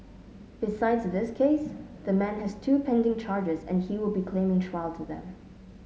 besides this case the man has two pending charges and he will be claiming trial to them